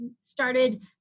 started